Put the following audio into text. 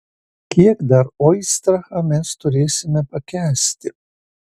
kiek dar oistrachą mes turėsime pakęsti